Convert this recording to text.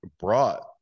brought